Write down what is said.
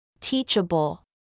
Teachable